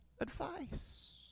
Advice